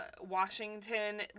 Washington